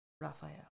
Raphael